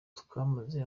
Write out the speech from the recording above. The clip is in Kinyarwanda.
twamaze